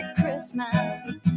christmas